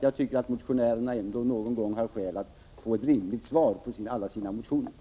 Jag tycker att motionärerna åtminstone någon gång har rätt att få ett rimligt svar på alla sina motioner.